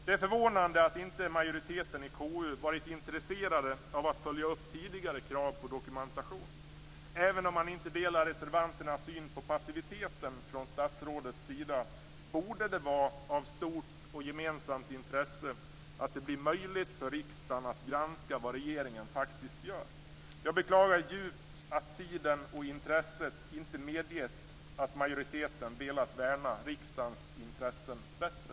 Det är förvånande att majoriteten i konstitutionsutskottet inte varit intresserad av att följa upp tidigare krav på dokumentation. Även om man inte delar reservanternas syn på passiviteten från statsrådets sida borde det vara av stort och gemensamt intresse att det blir möjligt för riksdagen att granska vad regeringen faktiskt gör. Jag beklagar djupt att tiden och intresset inte har medgett att majoriteten velat värna riksdagens intressen bättre.